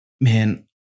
man